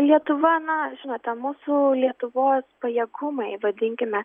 lietuva na žinote mūsų lietuvos pajėgumai vadinkime